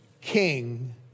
King